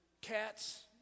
cats